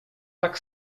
tak